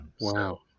Wow